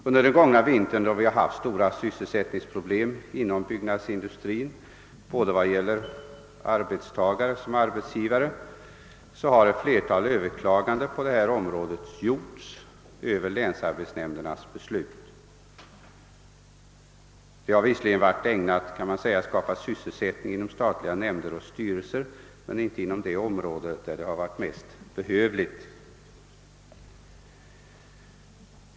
Under den gångna vintern, då vi haft stora = sysselsättningsproblem inom byggnadsindustrin vad gäller både arbetstagare och arbetsgivare, har ett flertal överklaganden av länsarbetsnämndernas beslut på detta område gjorts. Dessa besvärsmål har visserligen varit ägnade att skapa sysselsättning inom statliga nämnder och styrelser men inte inom det område där sysselsättning varit mest behövlig.